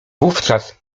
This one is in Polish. wówczas